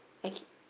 okay